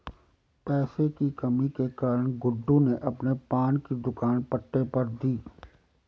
पैसे की कमी के कारण गुड्डू ने अपने पान की दुकान पट्टे पर दी